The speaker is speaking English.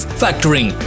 factoring